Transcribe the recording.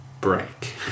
break